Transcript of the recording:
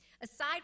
aside